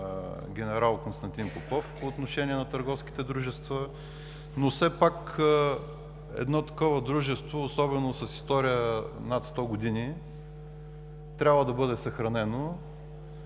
генерал Константин Попов по отношение на търговските дружества, но все пак едно такова дружество, особено с история над 100 години, трябва да бъде съхранено.